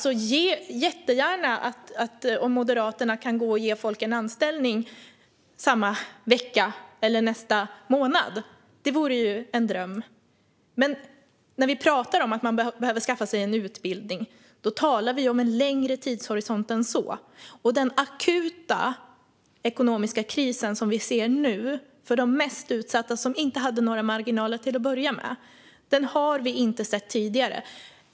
Om Moderaterna kan ge folk en anställning samma vecka eller nästa månad - jättegärna! Det vore en dröm. Men när vi pratar om att man behöver skaffa sig en utbildning handlar det om en längre tidshorisont än så. Den akuta ekonomiska kris som vi ser nu för de mest utsatta, som inte hade några marginaler till att börja med, har vi inte sett tidigare.